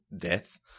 death